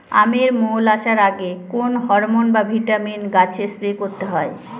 আমের মোল আসার আগে কোন হরমন বা ভিটামিন গাছে স্প্রে করতে হয়?